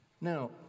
Now